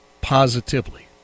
positively